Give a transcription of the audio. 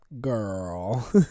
Girl